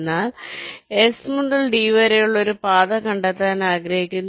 അതിനാൽ എസ് മുതൽ ഡി വരെയുള്ള ഒരു പാത കണ്ടെത്താൻ ആഗ്രഹിക്കുന്നു